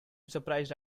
surprised